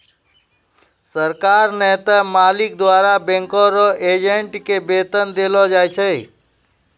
सरकार नै त मालिक द्वारा बैंक रो एजेंट के वेतन देलो जाय छै